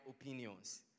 opinions